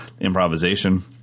improvisation